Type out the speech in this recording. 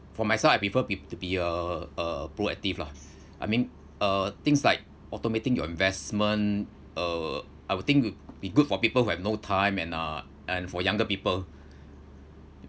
for myself I prefer be to be uh uh proactive lah I mean uh things like automating your investment uh I would think would be good for people who have no time and ah and for younger people